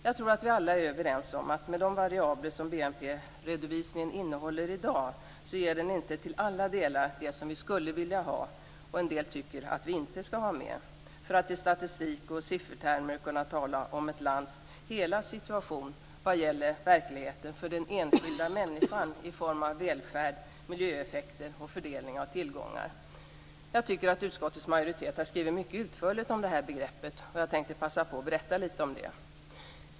Jag tror att vi alla är överens om att BNP-redovisningen, med de variabler som den innehåller i dag, inte till alla delar ger det som vi skulle vilja ha - det finns en del som inte tycker att vi skall ha med det - för att i statistik och siffertermer kunna tala om ett lands hela situation vad gäller verkligheten för den enskilda människan i form av välfärd, miljöeffekter och fördelning av tillgångar. Jag tycker att utskottets majoritet har skrivit mycket utförligt om det här begreppet. Jag tänkte passa på att berätta lite om det.